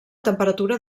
temperatura